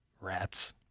Rats